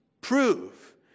prove